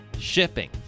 shipping